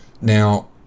Now